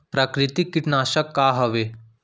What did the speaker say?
प्राकृतिक कीटनाशक का हवे?